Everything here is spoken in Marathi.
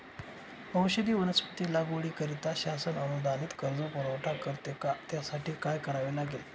औषधी वनस्पती लागवडीकरिता शासन अनुदानित कर्ज पुरवठा करते का? त्यासाठी काय करावे लागेल?